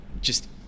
just-